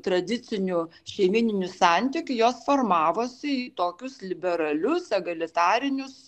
tradicinių šeimyninių santykių jos formavosi į tokius liberalius egalitarinius